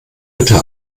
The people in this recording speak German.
bitte